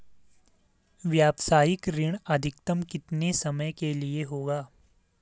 व्यावसायिक ऋण अधिकतम कितने समय के लिए होगा?